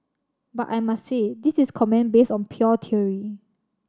but I must say this is comment based on pure theory